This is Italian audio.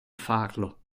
farlo